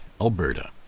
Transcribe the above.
Alberta